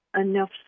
enough